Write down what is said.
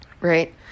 right